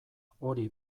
hori